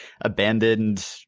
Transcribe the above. abandoned